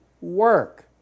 work